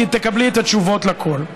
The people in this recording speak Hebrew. כי תקבלי את התשובות לכול.